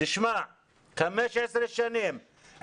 15 שנים,